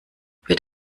wird